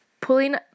pulling